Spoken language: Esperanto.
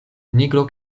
nigro